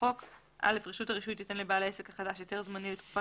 לחוק - רשות הרישוי תיתן לבעל העסק החדש היתר זמני לתקופה